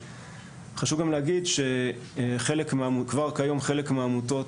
חשוב גם להגיד שכבר כיום חלק מהעמותות